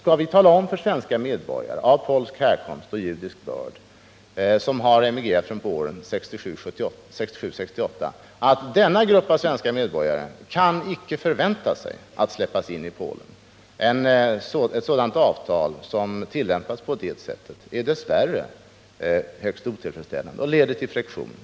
Skall vi tala om för svenska medborgare av polsk härkomst och judisk börd, som har emigrerat från Polen 1967 eller 1968, att den gruppen svenska medborgare de tillhör icke kan förvänta sig att släppas in i Polen? Ett avtal som tillämpas på det sättet är dess värre högst otillfredsställande och leder till friktion.